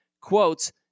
quotes